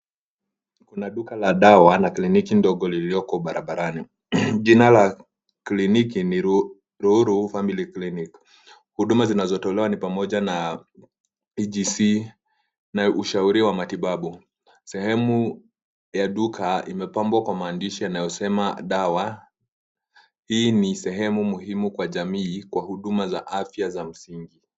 Kuna duka la dawa na kliniki ndogo lililoko barabarani. Jina la kliniki ni Ruiru Family Clinic. Huduma zinazotolewa ni pamoja na EGC na ushauri wa matibabu. Sehemu ya duka imepambwa kwa maandishi yanayosema Dawa. Hii ni sehemu muhimu kwa jamii kwa huduma za afya za msingi.